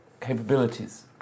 capabilities